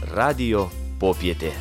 radijo popietė